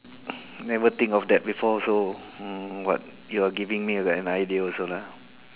never think of that before also mm but you are giving me an idea also lah